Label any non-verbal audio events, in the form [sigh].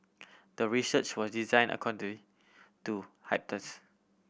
the research was design [unintelligible] to [unintelligible]